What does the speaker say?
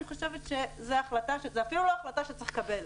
חושבת שזו אפילו לא החלטה שצריך לקבל.